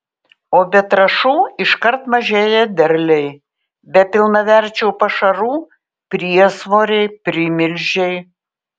o be trąšų iškart mažėja derliai be pilnaverčių pašarų priesvoriai primilžiai